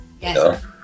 Yes